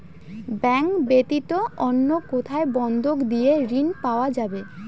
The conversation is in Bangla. ব্যাংক ব্যাতীত অন্য কোথায় বন্ধক দিয়ে ঋন পাওয়া যাবে?